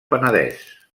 penedès